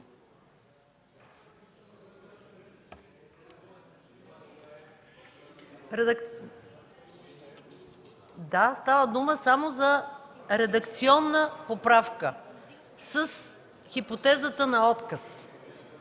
Става дума само за редакционна поправка с хипотезата на отказ